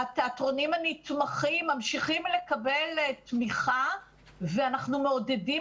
התיאטרונים הנתמכים ממשיכים לקבל תמיכה ואנחנו מעודדים